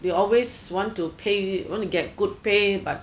they always want to pay want to get good pay but